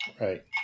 Right